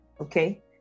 okay